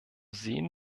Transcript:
sehen